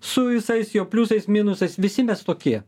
su visais jo pliusais minusais visi mes tokie